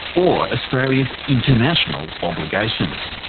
or australia's international obligations.